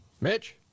Mitch